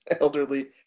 Elderly